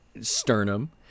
sternum